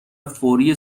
فوری